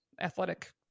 athletic